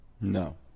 No